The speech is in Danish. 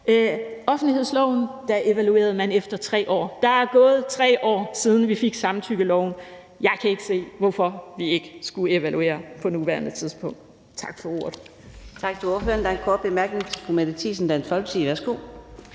offentlighedslovens vedkommende evaluerede man også efter 3 år. Der er gået 3 år, siden vi fik samtykkeloven – jeg kan ikke se, hvorfor vi ikke skulle evaluere på nuværende tidspunkt. Tak for ordet.